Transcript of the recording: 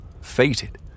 fated